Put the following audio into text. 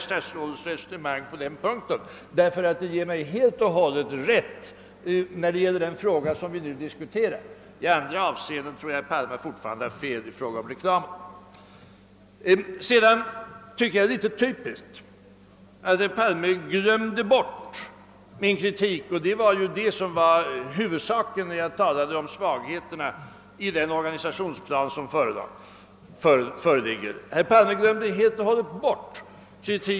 Statsrådets resonemang på den punkten ger mig helt och hållet rätt i den fråga vi nu diskuterar. I andra avseenden i fråga om reklamen tror jag fortfarande att han har fel. Det är typiskt att herr Palme från början glömde bort min kritik mot mastodontredaktionen på nyhetssidan. Det var den som var det huvudsakliga när jag talade om svagheterna i den organisationsplan som föreligger.